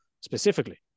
specifically